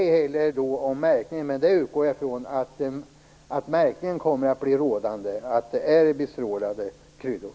Jag utgår från att märkning kommer att ske av bestrålade kryddor.